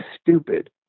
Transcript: stupid